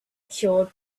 cured